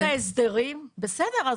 בסדר.